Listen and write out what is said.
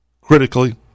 critically